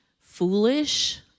foolish